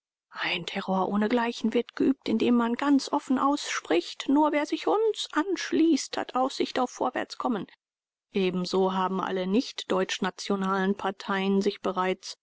ein terror ohnegleichen wird geübt indem man ganz offen ausspricht nur wer sich uns anschließt hat aussicht auf vorwärtskommen ebenso haben alle nicht deutschnationalen parteien sich bereits